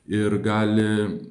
ir gali